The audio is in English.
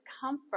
comfort